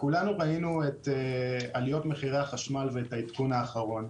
כולנו ראינו את עליות מחירי החשמל ואת העדכון האחרון.